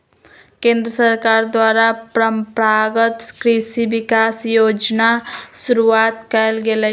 केंद्र सरकार द्वारा परंपरागत कृषि विकास योजना शुरूआत कइल गेलय